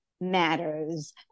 Matters